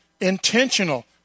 Intentional